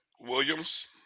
Williams